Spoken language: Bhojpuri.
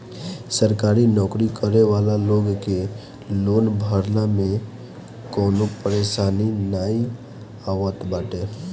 सरकारी नोकरी करे वाला लोग के लोन भरला में कवनो परेशानी नाइ आवत बाटे